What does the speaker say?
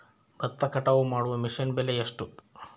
ಭತ್ತ ಕಟಾವು ಮಾಡುವ ಮಿಷನ್ ಬೆಲೆ ಎಷ್ಟು?